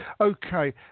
Okay